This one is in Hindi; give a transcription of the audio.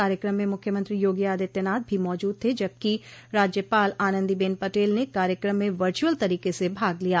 कार्यक्रम में मुख्यमंत्री योगी आदित्यनाथ भी मौजूद थे जबकि राज्यपाल आनन्दीबेन पटेल ने कार्यक्रम में वर्चुअल तरीके से भाग लिया